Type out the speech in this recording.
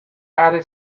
are